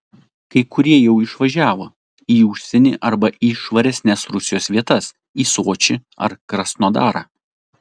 kai kurie jau išvažiavo į užsienį arba į švaresnes rusijos vietas į sočį ar krasnodarą